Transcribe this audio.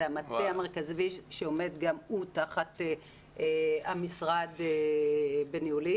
זה המטה המרכזי שעומד גם הוא תחת המשרד בניהולי.